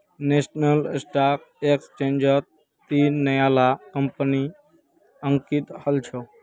national Stock एक्सचेंजट तीन नया ला कंपनि अंकित हल छ